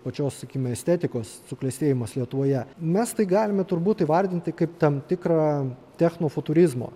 pačios sakime estetikos suklestėjimas lietuvoje mes tai galime turbūt įvardinti kaip tam tikrą techno futurizmo